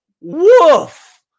woof